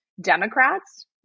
Democrats